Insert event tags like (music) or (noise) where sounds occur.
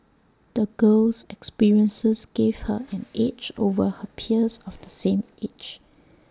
the girl's experiences gave her (noise) an edge over her peers of the same age (noise)